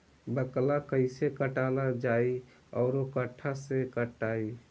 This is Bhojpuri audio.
बाकला कईसे काटल जाई औरो कट्ठा से कटाई?